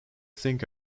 think